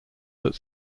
that